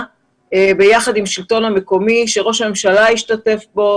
יחד עם השלטון המקומי וראש הממשלה השתתף בו